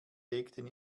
legten